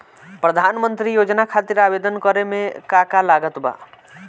प्रधानमंत्री योजना खातिर आवेदन करे मे का का लागत बा?